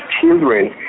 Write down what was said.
children